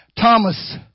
Thomas